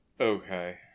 okay